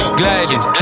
gliding